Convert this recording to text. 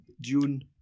June